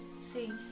see